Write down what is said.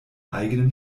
eigenen